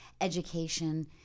education